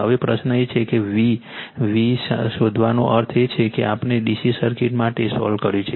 હવે પ્રશ્ન એ છે કે v v શોધવાનો અર્થ એ છે કે આપણે DC સર્કિટ માટે સોલ્વ કર્યું છે